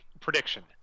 prediction